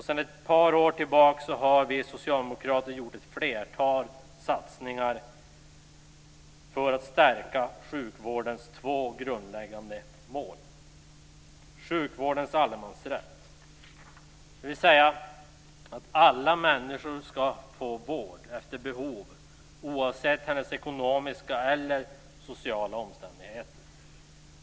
I ett par år har vi socialdemokrater nu gjort ett flertal satsningar för att stärka sjukvårdens två grundläggande mål: Dels gäller det sjukvårdens allemansrätt som innebär att varje människa ska få vård efter behov, oavsett hennes ekonomiska eller sociala omständigheter.